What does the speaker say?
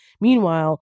Meanwhile